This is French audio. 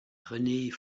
renée